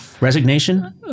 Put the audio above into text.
resignation